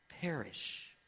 perish